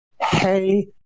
hey